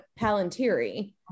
Palantiri